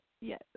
yes